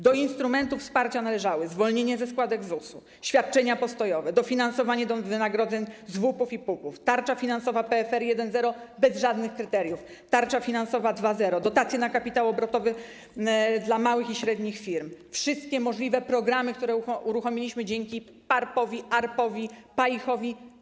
Do instrumentów wsparcia należały: zwolnienie ze składek ZUS, świadczenia postojowe, dofinansowanie od wynagrodzeń z WUP-ów i PUP-ów, tarcza finansowa PFR 1.0 - bez żadnych kryteriów, tarcza finansowa 2.0, dotacje na kapitał obrotowy dla małych i średnich firm - wszystkie możliwe programy, które uruchomiliśmy dzięki PARP, ARP i PAIH.